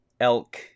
Elk